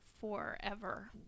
forever